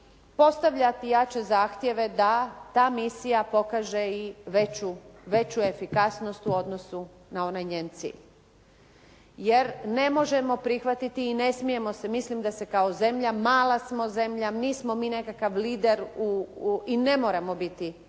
postavljati jače zahtjeve da ta misija pokaže i veću efikasnost u odnosu na onaj njen cilj. Jer, ne možemo prihvatiti i ne smijemo se, mislim da se kao zemlja, mala smo zemlja. Nismo mi nekakvi lider i ne moramo biti